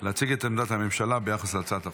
להציג את עמדת הממשלה ביחס להצעת החוק.